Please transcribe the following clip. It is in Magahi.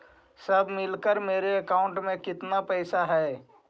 सब मिलकर मेरे अकाउंट में केतना पैसा है?